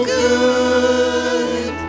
good